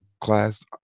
class